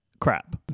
crap